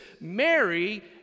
Mary